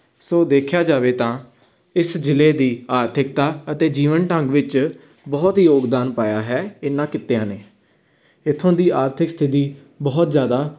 ਸੋ ਦੇਖਿਆ ਜਾਵੇ ਤਾਂ ਇਸ ਜ਼ਿਲ੍ਹੇ ਦੀ ਆਰਥਿਕਤਾ ਅਤੇ ਜੀਵਨ ਢੰਗ ਵਿੱਚ ਬਹੁਤ ਯੋਗਦਾਨ ਪਾਇਆ ਹੈ ਇਹਨਾਂ ਕਿੱਤਿਆਂ ਨੇ ਇੱਥੋਂ ਦੀ ਆਰਥਿਕ ਸਥਿਤੀ ਬਹੁਤ ਜ਼ਿਆਦਾ